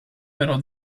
però